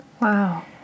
Wow